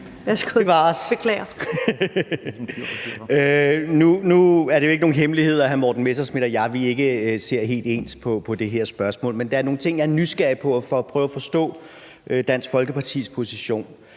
Nordqvist (SF): Nu er det jo ikke nogen hemmelighed, at hr. Morten Messerschmidt og jeg ikke ser helt ens på det her spørgsmål. Men der er nogle ting, jeg er nysgerrig efter at prøve at forstå Dansk Folkepartis position